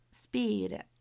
speed